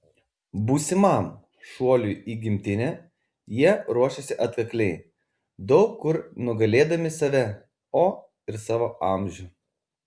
būsimam šuoliui į gimtinę jie ruošėsi atkakliai daug kur nugalėdami save o ir savo amžių